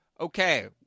Okay